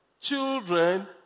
children